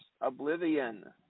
Oblivion